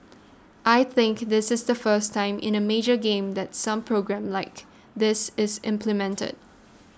I think this is the first time in a major game that some programme like this is implemented